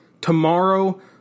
Tomorrow